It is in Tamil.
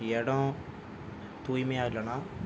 இடம் தூய்மையாக இல்லைனா